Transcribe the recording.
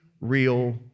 real